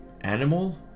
animal